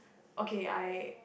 okay I